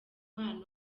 mpano